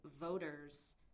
voters